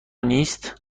نیست